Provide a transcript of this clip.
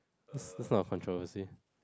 that's that's not a controversy